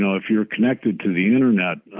if you're connected to the internet,